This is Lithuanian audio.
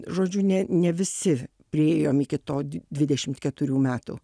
žodžiu ne ne visi priėjom iki to di dvidešimt keturių metų